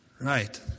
Right